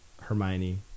Hermione